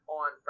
on